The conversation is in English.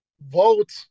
vote